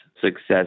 success